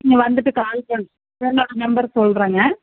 வந்துவிட்டு கால் பண்ணுங்கள் phone number சொல்லுறங்க